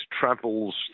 travels